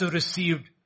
received